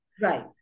Right